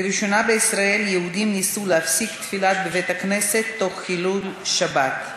לראשונה בישראל: יהודים ניסו להפסיק תפילה בבית-כנסת תוך חילול שבת,